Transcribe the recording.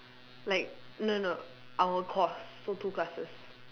like no no our course so two classes